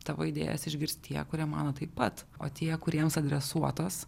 tavo idėjas išgirs tie kurie mano taip pat o tie kuriems adresuotas